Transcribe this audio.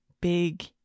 big